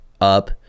up